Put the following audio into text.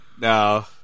No